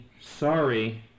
sorry